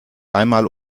einmal